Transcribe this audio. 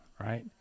right